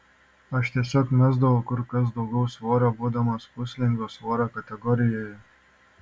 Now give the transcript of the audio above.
aš tiesiog mesdavau kur kas daugiau svorio būdamas puslengvio svorio kategorijoje